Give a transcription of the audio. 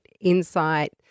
insight